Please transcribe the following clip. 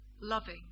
loving